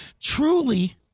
Truly